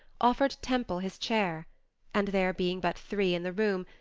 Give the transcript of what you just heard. offered temple his chair and there being but three in the room,